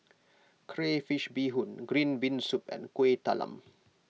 Crayfish BeeHoon Green Bean Soup and Kuih Talam